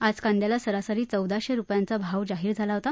आज कांद्याला सरासरी चौदाशे रुपयांचा भाव जाहीर झाला होता